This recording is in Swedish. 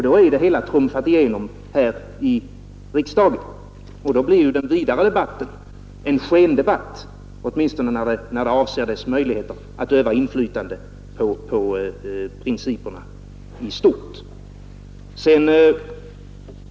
Då har det hela trumfats igenom här i riksdagen, och då blir den vidare debatten bara en skendebatt, åtminstone vad avser möjligheterna att öva inflytande på principerna i stort.